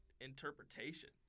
interpretation